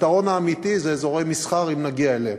הפתרון האמיתי זה אזורי מסחר, אם נגיע אליהם.